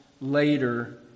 later